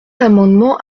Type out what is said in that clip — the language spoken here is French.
amendement